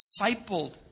discipled